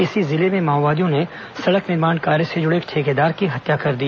इसी जिले में माओवादियों ने सडक निर्माण कार्य से जुड़े एक ठेकेदार की हत्या कर दी